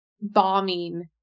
bombing